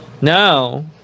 Now